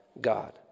God